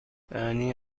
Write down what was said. معنی